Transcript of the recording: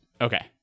Okay